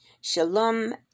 Shalom